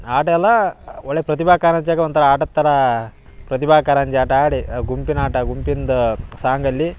ಆಡ್ಯಲ್ಲಾ ಒಳ್ಳೆಯ ಪ್ರತಿಭಾ ಕಾರಂಜ್ಯಾಗ ಒಂಥರ ಆಟದ ಥರಾ ಪ್ರತಿಭಾ ಕಾರಂಜಿ ಆಟ ಆಡಿ ಗುಂಪಿನ ಆಟ ಗುಂಪಿಂದ ಸಾಂಗಲ್ಲಿ